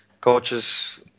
coaches